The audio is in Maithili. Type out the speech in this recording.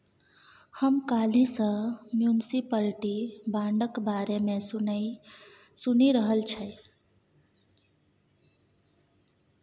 हम काल्हि सँ म्युनिसप्लिटी बांडक बारे मे सुनि रहल छी